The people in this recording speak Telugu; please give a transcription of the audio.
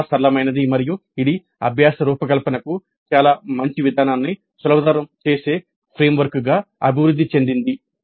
చాలా సరళమైనది మరియు ఇది అభ్యాస రూపకల్పనకు చాలా మంచి విధానాన్ని సులభతరం చేసే ఫ్రేమ్వర్క్గా అభివృద్ధి చెందింది